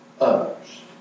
others